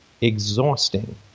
exhausting